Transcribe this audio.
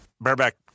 bareback